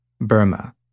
Burma